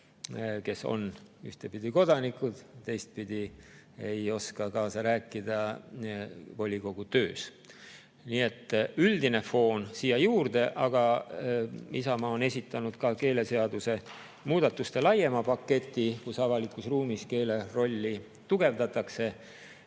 kes on ühtepidi kodanikud, aga teistpidi ei oska kaasa rääkida volikogu töös. Nii et üldine foon siia juurde. Aga Isamaa on esitanud ka keeleseaduse muudatuste laiema paketi, mille kohaselt avalikus ruumis keele rolli tugevdatakse.